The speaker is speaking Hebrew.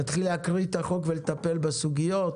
נתחיל להקריא את החוק ולטפל בסוגיות